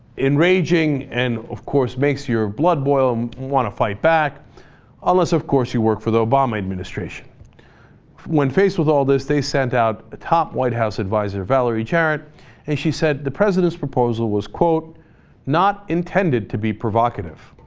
in raging and of course makes your blood boil wanna fight back unless of course you work for the obama administration when faced with all this they send out the top white house adviser valerie jarrett and she said the president's proposal was quote not intended to be provocative